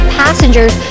passengers